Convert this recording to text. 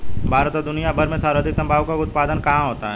भारत और दुनिया भर में सर्वाधिक तंबाकू का उत्पादन कहां होता है?